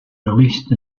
released